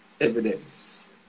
evidence